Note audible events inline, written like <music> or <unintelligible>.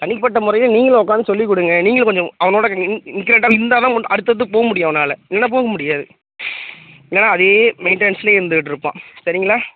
தனிப்பட்ட முறையாக நீங்களும் உட்காந்து சொல்லி கொடுங்க நீங்கள் கொஞ்சம் அவனோட <unintelligible> அடுத்தடுத்து போக முடியும் அவனால் இல்லைனா போக முடியாது இல்லைனா அதே மெயின்டன்ஸ்லையே இருந்துகிட்டு இருப்பான் சரிங்களா